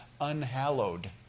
unhallowed